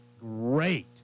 great